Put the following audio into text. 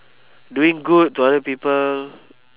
doing good to other people